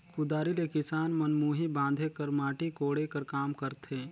कुदारी ले किसान मन मुही बांधे कर, माटी कोड़े कर काम करथे